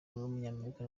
w’umunyamerika